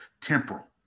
temporal